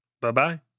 Bye-bye